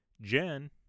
Jen